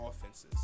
offenses